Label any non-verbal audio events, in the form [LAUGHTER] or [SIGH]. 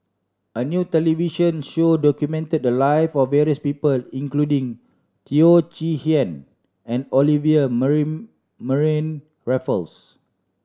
a new television show documented the live of various people including Teo Chee Hean and Olivia [UNINTELLIGIBLE] Mariamne Raffles